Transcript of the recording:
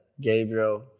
Gabriel